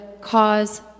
cause